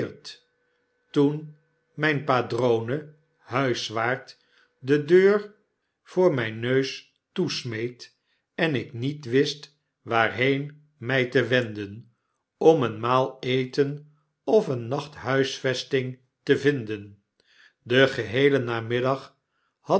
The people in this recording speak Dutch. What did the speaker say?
toen myn padrone huiswaard de deur voor myn neus toesmeet en ik niet wist waarheen my te wenden om een maal eten of een nacht huisvesting te vinden dengeheelen namiddag